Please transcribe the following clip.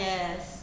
Yes